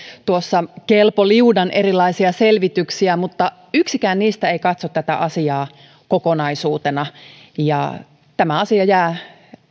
tuossa kelpo liudan erilaisia selvityksiä mutta yksikään niistä ei katso tätä asiaa kokonaisuutena ja tämä asia jää